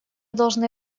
должны